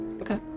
Okay